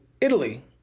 Italy